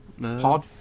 pod